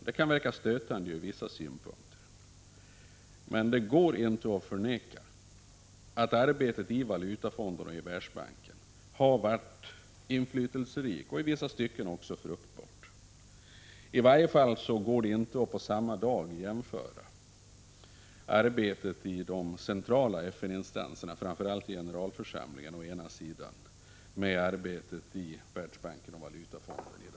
Det kan verka stötande ur vissa synpunkter, men det går inte att förneka att arbetet i Valutafonden och i Världsbanken varit inflytelserikt och i vissa stycken också fruktbart. I varje fall går det inte att på samma dag jämföra arbetet i de centrala FN-instanserna, framför allt generalförsamlingen, å ena sidan med arbetet i Världsbanken och Valutafonden å andra sidan.